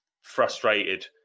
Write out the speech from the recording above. frustrated